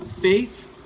faith